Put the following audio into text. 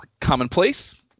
commonplace